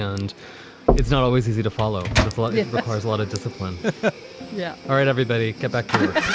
and it's not always easy to follow the flow. it requires a lot of discipline yeah. all right, everybody get back to work